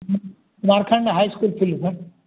नहीं Kumarkhand high school field में